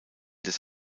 des